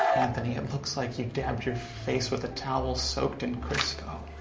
anthony it looks like you dabbed your face with a towel soaked in crisco